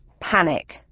panic